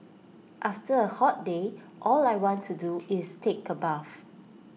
after A hot day all I want to do is take A bath